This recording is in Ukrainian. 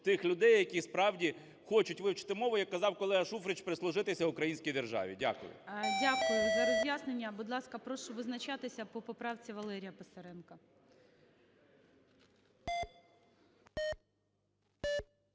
тих людей, які справді хочуть вивчити мову, яка казав колега Шуфрич, прислужитися українській державі. Дякую. ГОЛОВУЮЧИЙ. Дякую за роз'яснення. Будь ласка, прошу визначатися по поправці Валерія Писаренка.